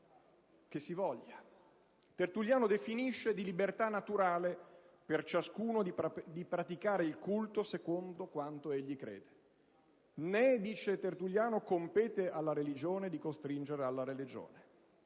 che si desidera. Tertulliano definisce di libertà naturale per ciascuno praticare il culto secondo quanto egli crede né - dice sempre Tertulliano - compete alla religione costringere alla religione.